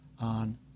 on